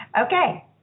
Okay